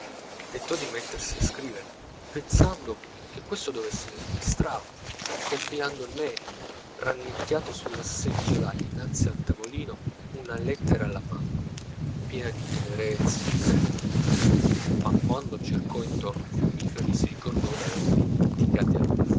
tentò di mettersi a scrivere pensando che questo dovesse distrarlo compilando in mente rannicchiato sulla seggiola innanzi al tavolino una lettera alla mamma piena di tenerezze e di sfoghi ma quando cercò intorno